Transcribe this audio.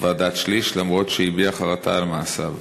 ועדת שליש, אף-על-פי שהביע חרטה על מעשיו.